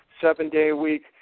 seven-day-a-week